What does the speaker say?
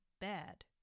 bad